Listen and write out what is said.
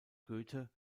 goethe